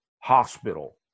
hospital